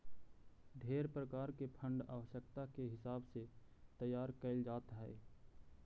ढेर प्रकार के फंड आवश्यकता के हिसाब से तैयार कैल जात हई